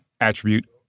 attribute